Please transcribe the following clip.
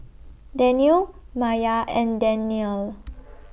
Daniel Maya and Danial